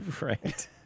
Right